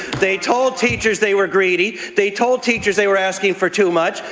they told teachers they were greedy. they told teachers they were asking for too much.